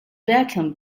beckham